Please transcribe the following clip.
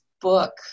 book